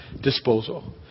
disposal